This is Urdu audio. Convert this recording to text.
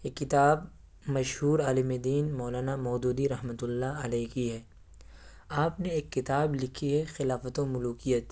یہ کتاب مشہور عالم دین مولانا مودودی رحمتہ اللہ علیہ کی ہے آپ نے ایک کتاب لکھی ہے خلافت و ملوکیت